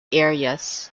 areas